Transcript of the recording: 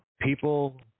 People